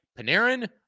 Panarin